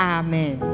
amen